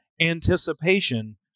anticipation